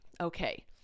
okay